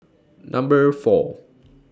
Number four